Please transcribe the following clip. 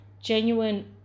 genuine